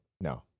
No